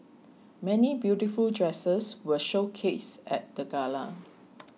many beautiful dresses were showcased at the gala